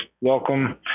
welcome